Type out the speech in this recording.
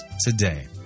today